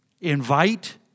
invite